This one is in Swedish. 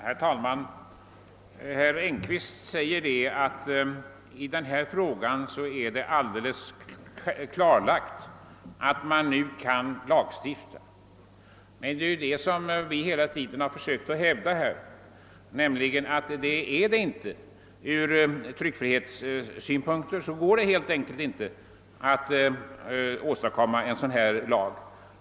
Herr talman! Herr Engkvist sade att det är alldeles klart att man kan lagstifta i denna fråga. Det är ju just det som vi hela tiden har bestritt; av tryckfrihetsskäl går det helt enkelt inte att åstadkomma en sådan lag.